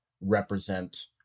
represent